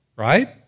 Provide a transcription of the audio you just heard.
Right